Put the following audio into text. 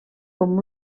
com